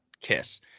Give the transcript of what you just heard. kiss